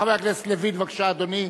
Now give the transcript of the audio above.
חבר הכנסת לוין, בבקשה, אדוני.